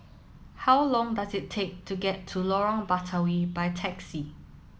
how long does it take to get to Lorong Batawi by taxi